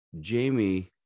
Jamie